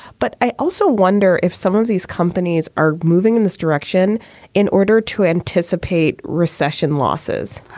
but i also wonder if some of these companies are moving in this direction in order to anticipate recession losses.